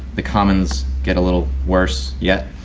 the commons, get a little worse yet.